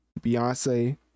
beyonce